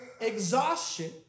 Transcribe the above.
exhaustion